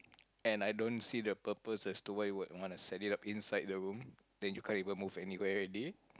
and I don't see the purpose as to why you would wanna set it up inside the room then you can't even move anywhere already